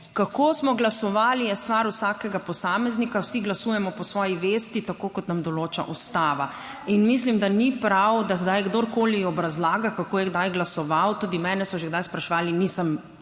kako smo glasovali, je stvar vsakega posameznika. Vsi glasujemo po svoji vesti, tako kot nam določa Ustava in mislim, da ni prav, da zdaj kdorkoli obrazlaga kako je kdaj glasoval, tudi mene so že kdaj spraševali, nisem